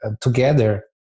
together